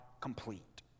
complete